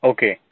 Okay